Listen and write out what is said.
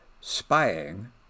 spying